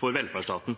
for velferdsstaten.